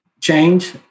change